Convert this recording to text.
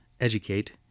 educate